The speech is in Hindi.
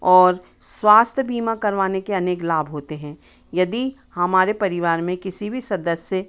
और स्वास्थ्य बीमा करवाने के अनेक लाभ होते है यदि हमारे परिवार में किसी भी सदस्य